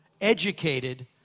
educated